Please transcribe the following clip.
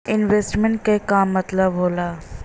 Investment क का मतलब हो ला?